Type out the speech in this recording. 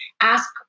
ask